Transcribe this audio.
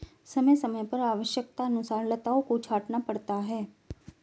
समय समय पर आवश्यकतानुसार लताओं को छांटना पड़ता है